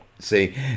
See